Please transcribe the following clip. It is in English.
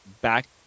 back